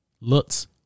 looks